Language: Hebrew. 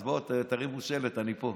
אז תרימו שלט: אני פה.